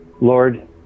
Lord